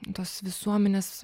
tuos visuomenės